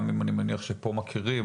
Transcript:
גם אם אני מניח שפה מכירים,